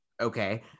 okay